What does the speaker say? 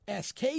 SK